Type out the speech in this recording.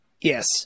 Yes